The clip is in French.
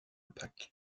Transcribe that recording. pâques